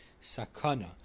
sakana